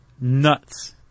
Nuts